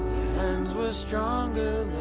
hands were stronger